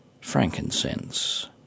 Frankincense